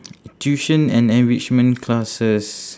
tuition and enrichment classes